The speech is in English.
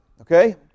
Okay